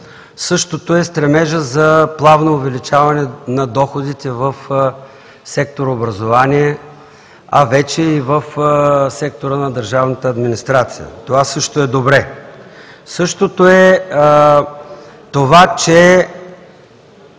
Същото е стремежът за плавно увеличаване на доходите в сектор „Образование“, а вече и в сектора на държавната администрация. Това също е добре.